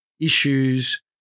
issues